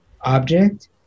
object